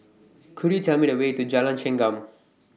Could YOU Tell Me The Way to Jalan Chengam